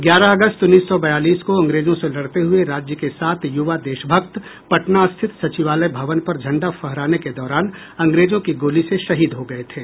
ग्यारह अगस्त उन्नीस सौ बियालीस को अंग्रेजों से लड़ते हुए राज्य के सात युवा देशभक्त पटना स्थित सचिवालय भवन पर झंडा फहराने के दौरान अंग्रेजों की गोली से शहीद हो गये थे